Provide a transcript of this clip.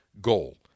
goal